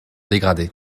dégrader